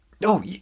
No